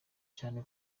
cyane